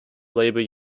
labour